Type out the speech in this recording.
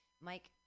Mike